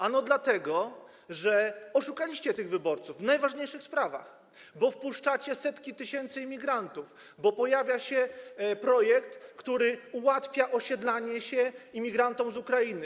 Ano dlatego, że oszukaliście wyborców w najważniejszych sprawach, bo wpuszczacie setki tysięcy imigrantów, bo pojawia się projekt, który ułatwia osiedlanie się imigrantom z Ukrainy.